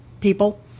people